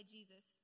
Jesus